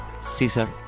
Caesar